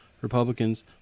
Republicans